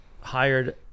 hired